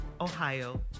Ohio